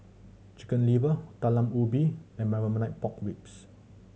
Chicken Liver Talam Ubi and Marmite Pork Ribs